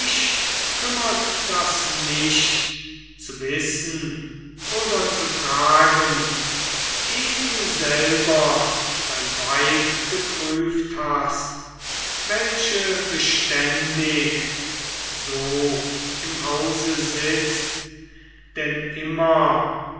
das nicht zu wissen oder zu fragen eh du selber dein weib geprüft hast welche beständig so im hause sitzt denn immer